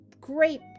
great